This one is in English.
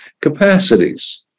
capacities